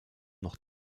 noch